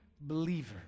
believer